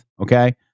okay